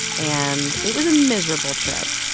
and it was a miserable trip.